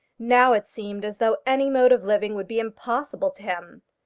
now it seemed as though any mode of living would be impossible to him.